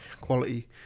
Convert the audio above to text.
quality